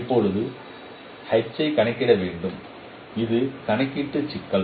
இப்போது H ஐ கணக்கிட வேண்டும் இது கணக்கீட்டு சிக்கல்